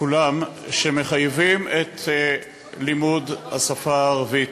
כולם שמחייבים את לימוד השפה הערבית,